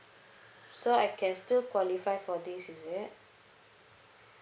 so I can still qualify for this is it